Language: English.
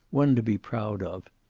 one to be proud of.